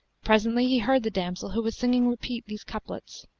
presently, he heard the damsel who was singing repeat these couplets,